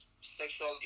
sexual